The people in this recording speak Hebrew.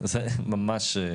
זה ממש.